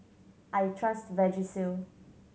I trust Vagisil